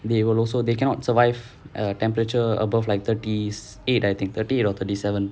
they will also they cannot survive a temperature above like thirty eight I think thirty eight or thirty seven